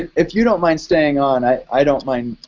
if you don't mind staying on, i don't mind